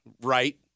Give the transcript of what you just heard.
right